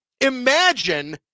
imagine